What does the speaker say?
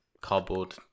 cardboard